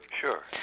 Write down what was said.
Sure